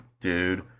dude